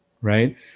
right